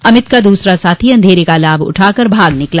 अमित का दूसरा साथी अंधेरे का लाभ उठाकर भाग निकला